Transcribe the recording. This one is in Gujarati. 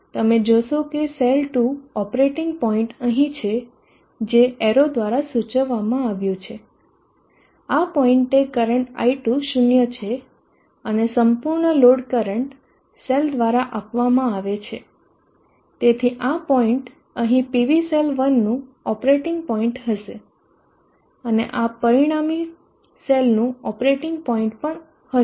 તમે જોશો કે સેલ 2 ઓપરેટિંગ પોઇન્ટ અહીં છે જે એરો દ્વારા સૂચવવામાં આવ્યું છે આ પોઇન્ટે કરંટ i2 0 છે અને સંપૂર્ણ લોડ કરંટ સેલ દ્વારા આપવામાં આવે છે તેથી આ પોઈન્ટ અહીં PV સેલ1નું ઓપરેટિંગ પોઈન્ટ હશે અને આ પરિણામી સેલનું ઓપરેટિંગ પોઇન્ટ પણ હશે